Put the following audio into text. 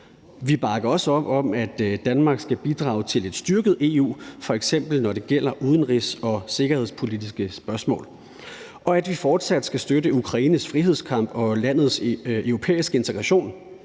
Vi bakker også op om, at Danmark skal bidrage til et styrket EU, f.eks. når det gælder udenrigs- og sikkerhedspolitiske spørgsmål, og at vi fortsat skal støtte Ukraines frihedskamp og landets europæiske integration.